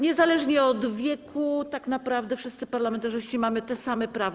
Niezależnie od wieku tak naprawdę wszyscy parlamentarzyści mają te same prawa.